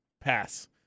Pass